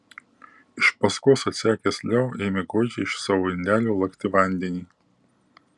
iš paskos atsekęs leo ėmė godžiai iš savo indelio lakti vandenį